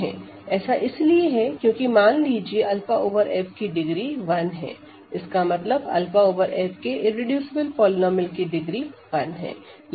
ऐसा इसलिए है क्योंकि मान लीजिए कि 𝛂 ओवर F की डिग्री 1 है इसका मतलब 𝛂 ओवर F के इररेडूसिबल पॉलीनोमिअल की डिग्री 1 है